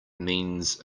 means